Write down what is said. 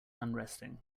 unresting